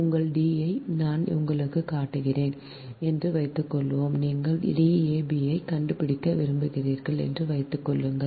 உங்கள் D ஐ நான் உங்களுக்குக் காட்டுகிறேன் என்று வைத்துக்கொள்வோம் நீங்கள் Dab ஐக் கண்டுபிடிக்க விரும்புகிறீர்கள் என்று வைத்துக்கொள்ளுங்கள்